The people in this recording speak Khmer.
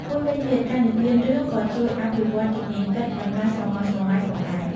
មួយវិញទៀត ការនិទានរឿងក៏ជួយ អភិវឌ្ឍជំនាញគិត និងការស្រមើលស្រមៃ ផងដែរ។